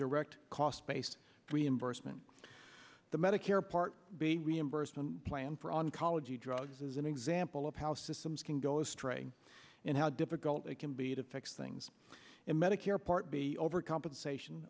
direct cost base reimbursement the medicare part b reimbursement plan for on college drugs is an example of how systems can go astray and how difficult it can be to fix things in medicare part b overcompensation